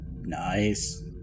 Nice